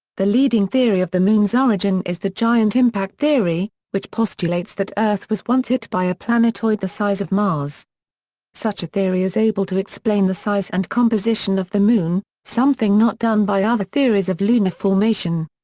the leading theory of the moon's origin is the giant impact theory, which postulates that earth was once hit by a planetoid the size of mars such a theory is able to explain the size and composition of the moon, something not done by other theories of lunar formation.